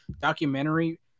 documentary